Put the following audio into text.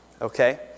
Okay